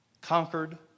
conquered